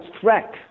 threat